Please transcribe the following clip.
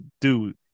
dude